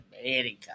America